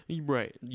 Right